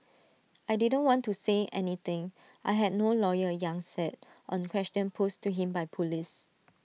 I didn't want to say anything I had no lawyer yang said on questions posed to him by Police